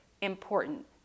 important